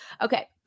Okay